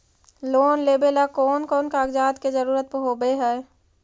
Loan लेबे ला कौन कौन कागजात के जरुरत होबे है?